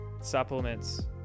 supplements